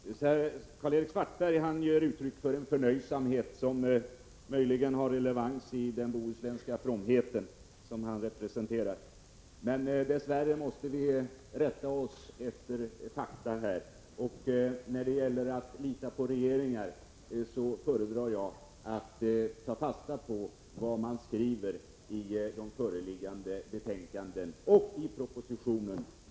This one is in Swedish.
Herr talman! Karl-Erik Svartberg ger uttryck för en förnöjsamhet som möjligen har relevans i den bohuslänska fromhet som han representerar. Men dess värre måste vi rätta oss efter fakta, dvs. de skrivningar som föreligger. När det gäller att förlita sig på regeringar föredrar jag att ta fasta på vad som skrivs i föreliggande betänkanden och i propositionen.